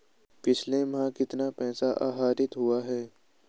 पिछले माह कितना पैसा आहरित हुआ है?